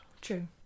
True